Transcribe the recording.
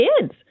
kids